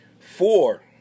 Four